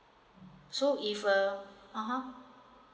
so if uh (uh huh)